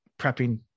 prepping